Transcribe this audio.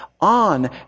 on